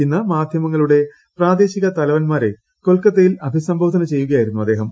ഇന്ന് മാധ്യമങ്ങളുടെ പ്രദേശിക തലവൻമാരെ കൊൽക്കത്തയിൽ അഭിസംബോധന ചെയ്യുകയായിരുന്നു അദ്ദേഹം